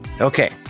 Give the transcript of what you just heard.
Okay